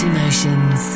Emotions